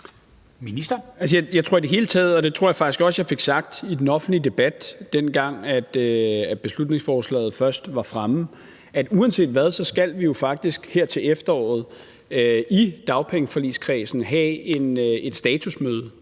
Jeg tror i det hele taget, og det tror jeg faktisk også jeg fik sagt i den offentlige debat, dengang beslutningsforslaget først var fremme, at uanset hvad, så skal vi jo faktisk til efteråret i dagpengeforligskredsen have et statusmøde